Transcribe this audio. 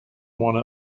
want